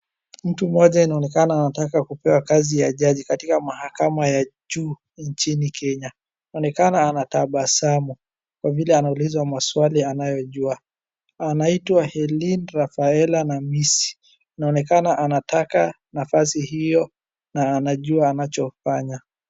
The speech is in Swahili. Mtu mmoja inaonekana anataka kupewa kazi ya jaji katika mahakama ya juu nchini Kenya. Inaonekana anatabasamu kwa vile anaulizwa maswali anayojua, anaitwa Hellin Raphael Namisi inaonekana anataka nafasi hiyo na anajua anachofanya.